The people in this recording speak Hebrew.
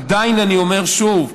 עדיין אני אומר, שוב,